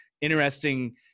interesting